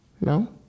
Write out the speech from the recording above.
No